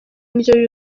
indyo